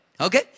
Okay